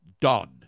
done